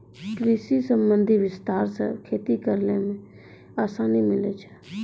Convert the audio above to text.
कृषि संबंधी विस्तार से खेती करै मे आसानी मिल्लै छै